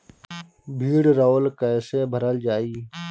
भीडरौल कैसे भरल जाइ?